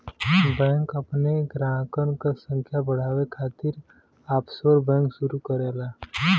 bank अपने ग्राहकन क संख्या बढ़ावे खातिर ऑफशोर बैंक शुरू करला